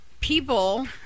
People